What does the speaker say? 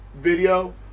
video